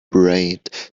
braid